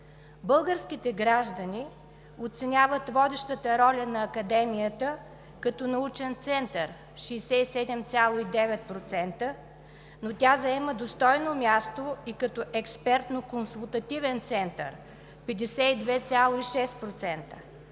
Българските граждани оценяват водещата роля на Академията като научен център – 67,9%, но тя заема достойно място и като експертно-консултативен център – 52,6%.